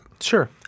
Sure